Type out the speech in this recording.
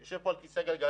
אני יושב כאן בכיסא גלגלים,